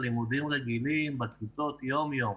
לימודים רגילים בכיתות יום-יום.